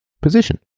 position